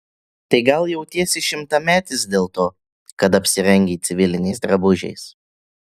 tai gal jautiesi šimtametis dėl to kad apsirengei civiliniais drabužiais